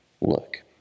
look